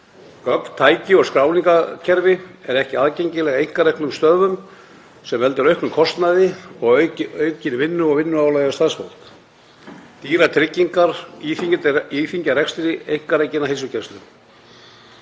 Gögn, tæki og skráningarkerfi eru ekki aðgengileg einkareknum stöðvum, sem veldur auknum kostnaði og aukinni vinnu og vinnuálagi á starfsfólki. Dýrar tryggingar íþyngja rekstri einkarekinnar heilsugæslu